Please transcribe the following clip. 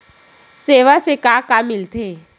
सेवा से का का मिलथे?